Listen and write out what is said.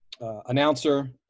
announcer